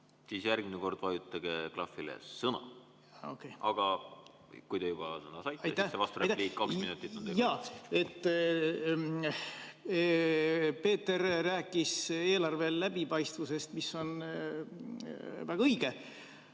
Siis järgmine kord vajutage klahvile "Sõna". Aga kui te juba sõna saite, siis vasturepliik, kaks minutit. Aitäh! Peeter rääkis eelarve läbipaistvusest, mis on väga õige.